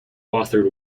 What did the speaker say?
authored